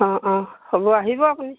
অঁ অঁ হ'ব আহিব আপুনি